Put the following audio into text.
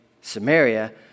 Samaria